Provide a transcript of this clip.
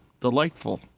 delightful